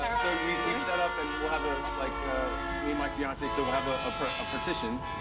um so we we set up and we'll have ah like, ah me and my fiance, we so will have ah ah a par tition,